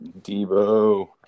Debo